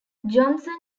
johnson